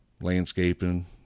landscaping